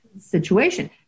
situation